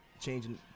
changing